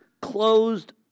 closed